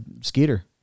Skeeter